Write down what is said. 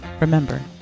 Remember